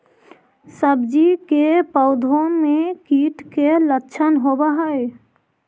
सब्जी के पौधो मे कीट के लच्छन होबहय?